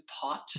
pot